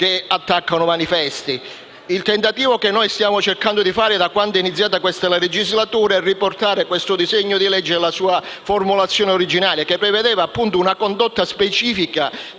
Il tentativo che stiamo cercando di fare da quando è iniziata questa legislatura è riportare questo disegno di legge alla sua formulazione originaria, che prevedeva appunto una condotta specifica,